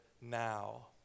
now